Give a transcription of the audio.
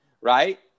right